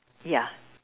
ya